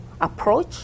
approach